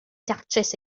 datrys